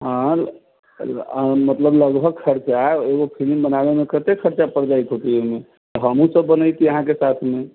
हँ मतलब लगभग खर्चा एगो फिलिम बनाबै मे कते खर्चा पर जाइत होतै हमहुँ सब बनैती अहाँके साथ मे